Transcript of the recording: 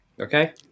Okay